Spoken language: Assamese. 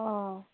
অঁ